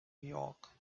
york